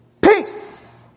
Peace